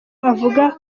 avuga